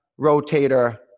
rotator